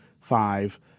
five